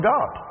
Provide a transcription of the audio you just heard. God